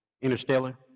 Interstellar